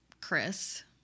Chris